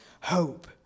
hope